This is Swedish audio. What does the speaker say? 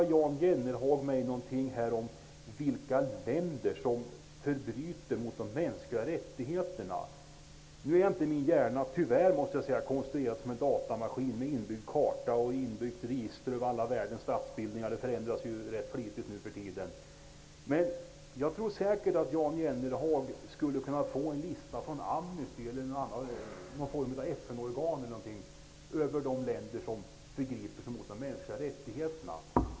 Jan Jennehag frågade mig vilka länder som förbryter sig mot de mänskliga rättigheterna. Tyvärr är min hjärna inte konstruerad som en datamaskin, med inbyggd karta och register över alla världens statsbildningar. De förändras ju rätt flitigt nu för tiden. Jag tror säkert att Jan Jennehag skulle kunna få en lista från Amnesty eller något FN-organ över de länder som förgriper sig mot de mänskliga rättigheterna.